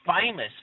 famous